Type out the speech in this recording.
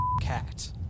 cat